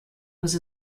was